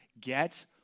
Get